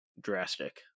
drastic